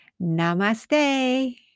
Namaste